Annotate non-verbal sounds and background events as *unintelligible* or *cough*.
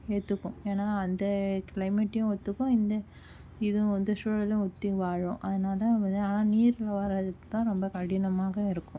ஏற்றுக்கும் ஏன்னா அந்த க்ளைமேட்டையும் ஒத்துக்கும் இந்த இதுவந்து சூழலிலும் ஒத்து வாழும் அதனால் *unintelligible* நீர் வாழ்றது *unintelligible* தான் ரொம்ப கடினமாக இருக்கும்